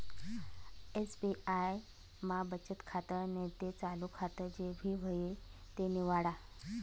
SBI मा बचत खातं नैते चालू खातं जे भी व्हयी ते निवाडा